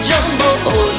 Jumbo